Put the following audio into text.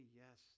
yes